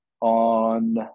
on